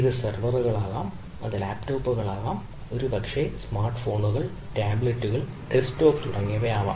ഇത് സെർവറുകളാകാം അത് ലാപ്ടോപ്പുകളാകാം ഒരുപക്ഷേ ഒരു സ്മാർട്ട് ഫോണുകൾ ടാബ്ലെറ്റുകൾ ഡെസ്ക്ടോപ്പ് തുടങ്ങിയവ